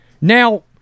Now